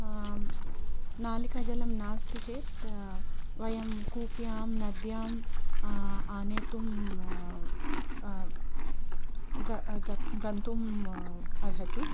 नलिकाजलं नास्ति चेत् वयं कूप्यां नद्यां आनेतुम् गन्तुम् अर्हति